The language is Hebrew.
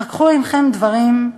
אך קחו עמכם דברים,